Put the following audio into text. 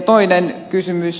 toinen kysymys